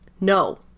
No